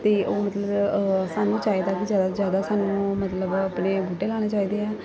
ਅਤੇ ਉਹ ਮਤਲਬ ਸਾਨੂੰ ਚਾਹੀਦਾ ਕਿ ਜ਼ਿਆਦਾ ਤੋਂ ਜ਼ਿਆਦਾ ਸਾਨੂੰ ਮਤਲਬ ਆਪਣੇ ਬੂਟੇ ਲਗਾਉਣੇ ਚਾਹੀਦੇ ਆ